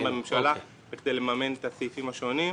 -- עברו דברים בממשלה בכדי לממן את הסעיפים השונים.